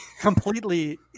Completely